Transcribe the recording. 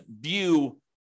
view